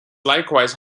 likewise